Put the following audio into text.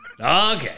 Okay